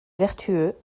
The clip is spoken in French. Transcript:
vertueux